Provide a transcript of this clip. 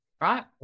Right